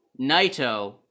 Naito